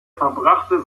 verbrachte